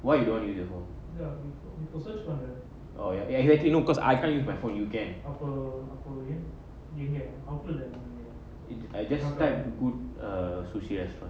why you don't want use your phone oh ya exactly no cause I can't use my phone you can I just type good sushi restaurant